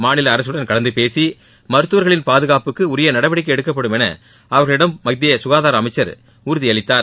மாநில அரசுடன் கலந்து பேசி மருத்துவர்களின் பாதுகாப்புக்கு உரிய நடவடிக்கை எடுக்கப்படும் என அவர்களிடம் மத்திய சுகாதார அமைச்சர் உறுதி அளித்தார்